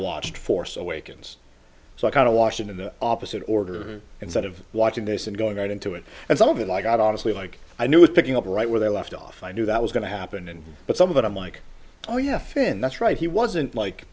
watched force awakens so i kind of washington the opposite order instead of watching this and going right into it and something like god honestly like i knew it picking up right where they left off i knew that was going to happen and but some of it i'm like oh yeah finn that's right he wasn't like